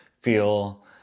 feel